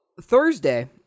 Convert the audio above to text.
Thursday